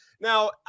Now